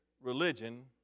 religion